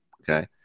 Okay